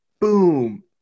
boom